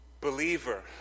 Believer